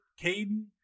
Caden